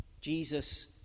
Jesus